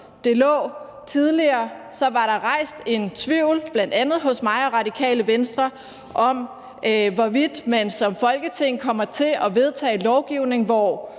tidligere, var der rejst en tvivl, bl.a. hos mig og Radikale Venstre, om, hvorvidt man som Folketing kommer til at vedtage lovgivning,